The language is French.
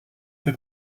peu